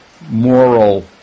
moral